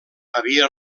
havia